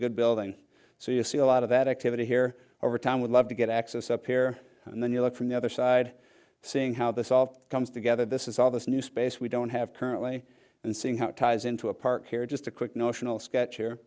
good building so you see a lot of that activity here over time would love to get access up here and then you look from the other side seeing how this all comes together this is all this new space we don't have currently and seeing how it ties into a park here just a quick notional sketch here